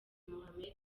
mohammed